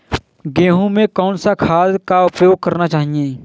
गेहूँ में कौन सा खाद का उपयोग करना चाहिए?